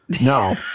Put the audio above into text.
No